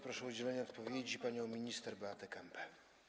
Proszę o udzielenie odpowiedzi panią minister Beatę Kempę.